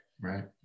Right